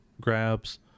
grabs